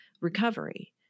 recovery